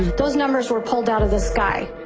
those numbers were pulled out of the sky.